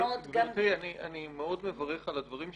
גברתי, אני מאוד מברך על הדברים שלך.